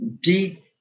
deep